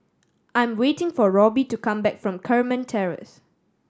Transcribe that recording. I'm waiting for Robby to come back from Carmen Terrace